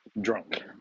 drunk